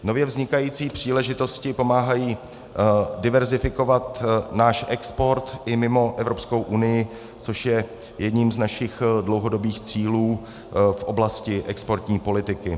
Nově vznikající příležitosti pomáhají diverzifikovat náš export i mimo EU, což je jedním z našich dlouhodobých cílů v oblasti exportní politiku.